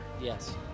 Yes